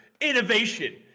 Innovation